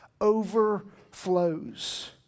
overflows